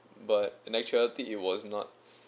but in actuality it was not